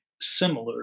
similar